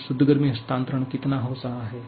अब शुद्ध गर्मी हस्तांतरण कितना हो रहा है